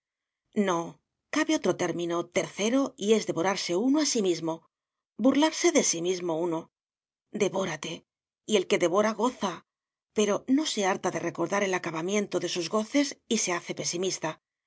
no cabe otro término tercero y es devorarse uno a sí mismo burlarse de sí mismo uno devórate el que devora goza pero no se harta de recordar el acabamiento de sus goces y se hace pesimista